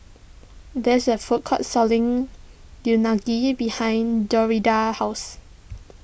there is a food court selling Unagi behind Dorinda's house